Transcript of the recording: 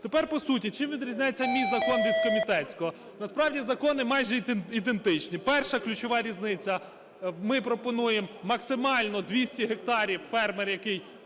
Тепер по суті. Чим відрізняється мій закон від комітетського? Насправді закони майже ідентичні. Перша ключова різниця – ми пропонуємо максимально 200 гектарів, фермер, який